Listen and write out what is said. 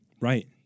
Right